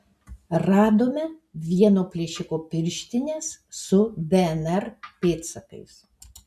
radome vieno plėšiko pirštines su dnr pėdsakais